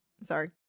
Sorry